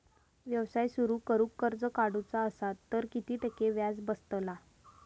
व्यवसाय सुरु करूक कर्ज काढूचा असा तर किती टक्के व्याज बसतला?